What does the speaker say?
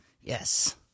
Yes